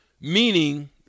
Meaning